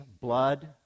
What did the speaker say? blood